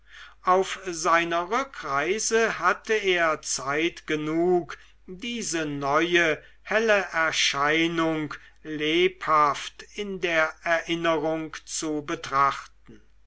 auf seiner rückreise hatte er zeit genug diese neue helle erscheinung lebhaft in der erinnerung zu betrachten